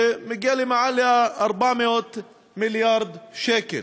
שמגיע ליותר מ-400 מיליארד שקל,